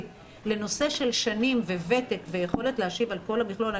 לנושא של שנים וותק ויכולת להשיב על כל המכלול.